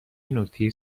نوکتیز